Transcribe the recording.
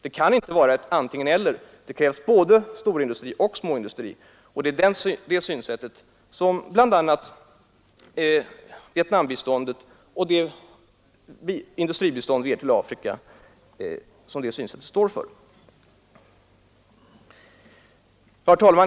Det kan inte vara fråga om ett antingen—eller utan det behövs både storindustri och småindustri. Det är det synsättet som bl.a. Vietnambiståndet och det industribistånd vi ger till Afrika är uttryck för. Herr talman!